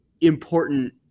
important –